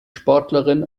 sportlerin